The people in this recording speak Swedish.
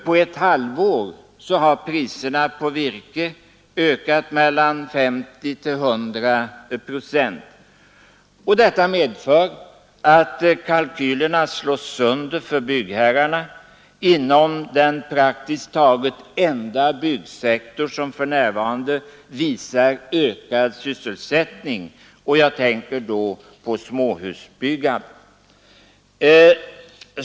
På ett halvår har priserna på virke ökat med mellan 50 och 100 procent. Detta medför att kalkylerna slås sönder för byggherrarna inom den praktiskt taget enda byggsektor som för närvarande visar ökad sysselsättning, nämligen småhussektorn.